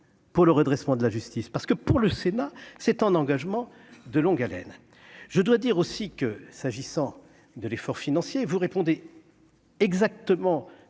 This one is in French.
pour le redressement de la justice, parce que pour le Sénat, c'est un engagement de longue haleine, je dois dire aussi que, s'agissant de l'effort financier, vous répondez. Exactement